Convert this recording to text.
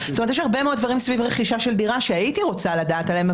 יש הרבה מאוד דברים סביב רכישה של דירה שהייתי רוצה לדעת עליהם,